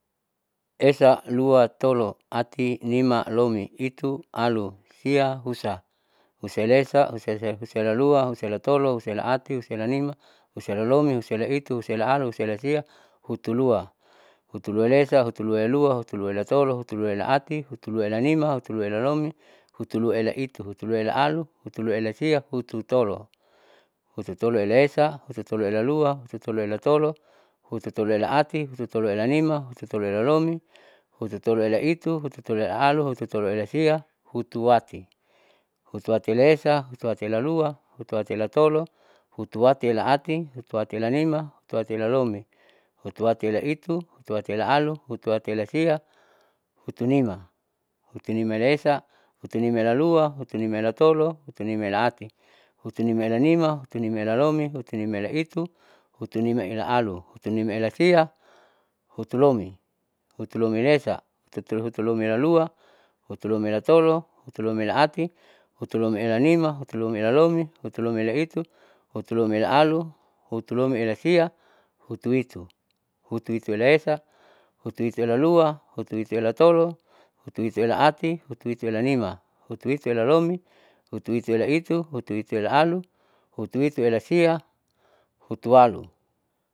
Esa, lua, tolo, ati, nima, lomi, itu, alu, sia, husa, husaela esa, husaela lua, husael tolo, husaela ati, husaela nima, husaela lomi, husaela itu, husaela alu, husaela sia, hutuluaela esa, hutuluaela lua, hutuluaela tolo, hutuluaela ati, hutuluaela nima, hutuluaela lomi, hutuluaela itu, hutuluaela alu, hutuluaela sia, hutu tolo, hututoloela esa, hututoloela lua, hututoloela tolo, hututoloela ati, hututoloela nima, hututoloela lomi, hututoloela itu, hututoloela alu, hututoloela sia, hutuati, hutuatiela esa, hutuatiela lua, hutuatiela tolo, hutuatiela ati, hutuatiela nima, hutuatiela lomi, hutuatiela itu, hutuatiela alu, hutuatiela sia, hutunima, hutunimaela esa, hutunimaela lua, hutunimaela tolo, hutunimaela ati, hutunimaela nima, hutunimaela lomi, hutunimaela itu, hutunimaela alu, hutunimaela sia, hutulomi, hutulomiela esa, hutulomiela lua, hutulomiela tolo, hutulomiela ati, hutulomiela nima, hutulomiela lomi, hutulomiela itu, hutulomiela alu, hutulomiela sia, hutuitu, hutuituela esa, hutuituela lua, hutuituela tolo, hutuituela ati, hutuituela nima, hutuituela lomi, hutuituela itu, hutuituela alu, hutuituela sia, hutualu.